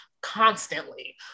constantly